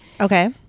Okay